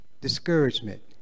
discouragement